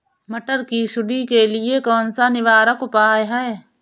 मटर की सुंडी के लिए कौन सा निवारक उपाय है?